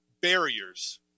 barriers